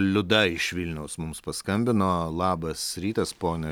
liuda iš vilniaus mums paskambino labas rytas ponia